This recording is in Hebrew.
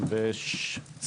ה-24.